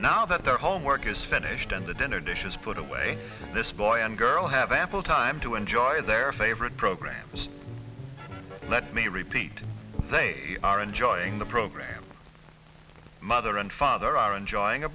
now that their homework is finished and the dinner dishes put away this boy and girl have ample time to enjoy their favorite programs let me repeat they are enjoying the program mother and father are enjoying a